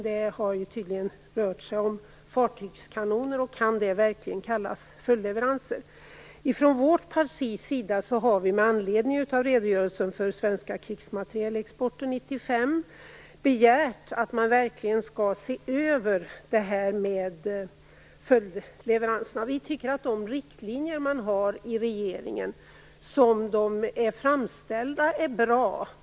Tydligen har det rört sig om fartygskanoner. Kan man då verkligen tala om följdleveranser? I vårt parti har vi med anledning av redogörelsen för den svenska krigsmaterielexporten 1995 begärt att man verkligen ser över det här med följdleveranser. Vi tycker att regeringens riktlinjer, som dessa är framställda, är bra.